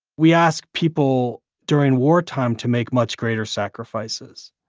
we ask people during wartime to make much greater sacrifices.